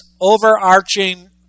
overarching